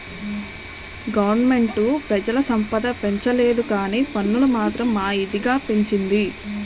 government పెజల సంపద పెంచలేదుకానీ పన్నులు మాత్రం మా ఇదిగా పెంచింది